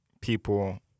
people